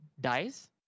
dies